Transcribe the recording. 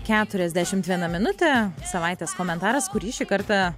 keturiasdešimt viena minutė savaitės komentaras kurį šį kartą